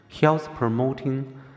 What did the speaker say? health-promoting